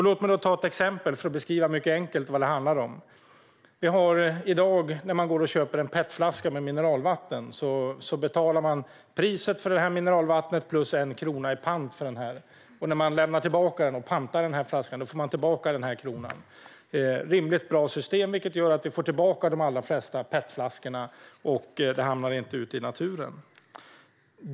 Låt mig ta ett exempel för att mycket enkelt beskriva vad det handlar om: När man går och köper en petflaska med mineralvatten betalar man i dag priset för mineralvattnet plus 1 krona i pant, och när man lämnar tillbaka - pantar - flaskan får man tillbaka kronan. Det är ett rimligt och bra system som gör att vi får tillbaka de allra flesta petflaskor i stället för att de hamnar ute i naturen.